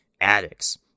addicts